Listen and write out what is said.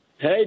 Hey